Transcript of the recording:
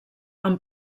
amb